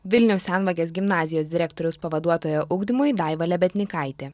vilniaus senvagės gimnazijos direktoriaus pavaduotoja ugdymui daiva lebednykaitė